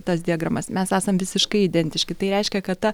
tas diagramas mes esam visiškai identiški tai reiškia kad ta